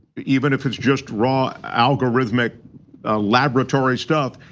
even if it's just raw algorithmic laboratory stuff.